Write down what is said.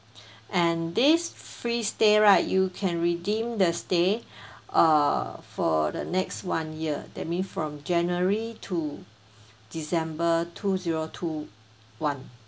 and this free stay right you can redeem the stay err for the next one year that mean from january to december two zero two one